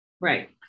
Right